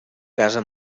casa